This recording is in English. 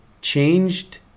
changed